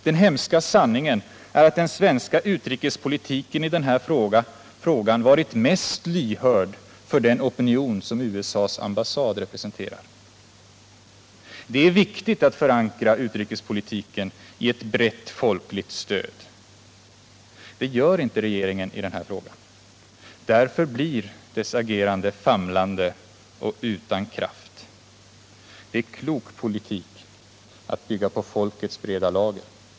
Den hemska sanningen är att den svenska utrikespolitiken i den här frågan varit mest lyhörd för den opinion som USA:s ambassad representerar. Det är viktigt att förankra utrikespolitiken i ett brett folkligt stöd. Det gör inte regeringen i den här frågan. Därför blir dess agerande famlande och utan kraft. Det är klok politik att bygga på folkets breda lager.